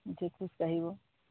উঠি খোজকাঢ়িব